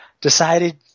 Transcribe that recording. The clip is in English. decided –